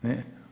Ne.